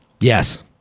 Yes